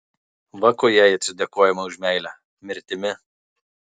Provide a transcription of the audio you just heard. va kuo jai atsidėkojama už meilę mirtimi